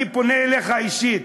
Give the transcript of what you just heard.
אני פונה אליך אישית,